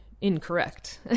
incorrect